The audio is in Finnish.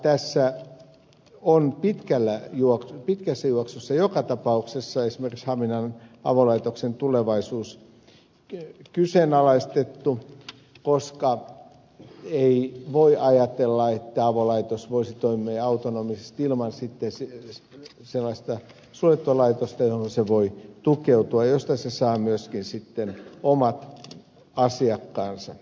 tässä on pitkässä juoksussa joka tapauksessa esimerkiksi haminan avolaitoksen tulevaisuus kyseenalaistettu koska ei voi ajatella että avolaitos voisi toimia autonomisesti ilman sellaista suljettua laitosta johon se voi tukeutua ja josta se saa myöskin omat asiakkaansa